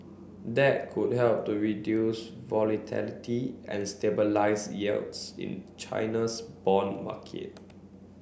that could help to reduce volatility and stabilise yields in China's bond market